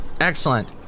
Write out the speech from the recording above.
Excellent